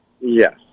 Yes